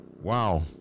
wow